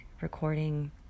recording